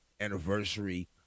anniversary